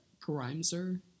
Grimeser